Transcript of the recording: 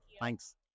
thanks